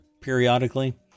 periodically